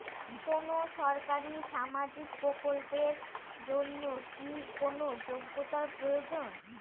কোনো সরকারি সামাজিক প্রকল্পের জন্য কি কোনো যোগ্যতার প্রয়োজন?